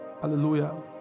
Hallelujah